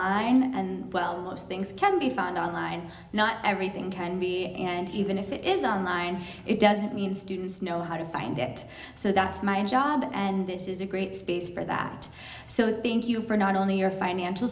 online and well most things can be found online not everything can be and even if it is on line it doesn't mean students know how to find it so that's my job and this is a great space for that so it's being used for not only your financial